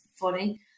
funny